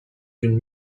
d’une